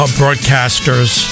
broadcasters